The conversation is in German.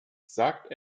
sagt